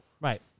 Right